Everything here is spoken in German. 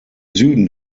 süden